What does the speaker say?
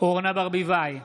אורנה ברביבאי,